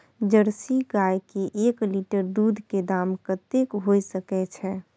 Jersey गाय के एक लीटर दूध के दाम कतेक होय सके छै?